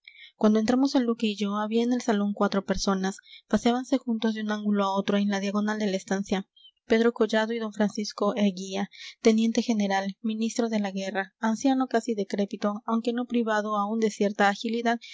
cuando entramos el duque y yo había en el salón cuatro personas paseábanse juntos de un ángulo a otro en la diagonal de la estancia pedro collado y d francisco eguía teniente general ministro de la guerra anciano casi decrépito aunque no privado aún de cierta agilidad